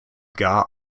gar